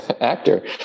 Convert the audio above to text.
actor